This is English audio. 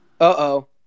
Uh-oh